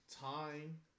time